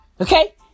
Okay